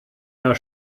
jahr